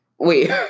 Wait